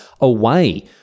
away